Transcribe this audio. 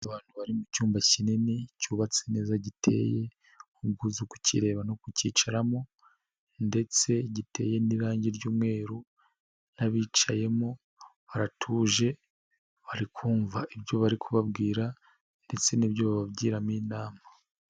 Abantu bari mu cyumba kinini cyubatse neza, giteye ubwuzu kukireba no kucyicaramo ndetse giteye n'irangi ry'umweru n'abicayemo baratuje bari kumvv ibyo bari kubabwira ndetse n'ibyo babagiramo inama.